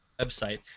website